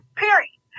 period